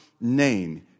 name